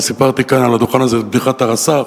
וסיפרתי כאן על הדוכן הזה את בדיחת הרס"ר